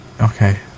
Okay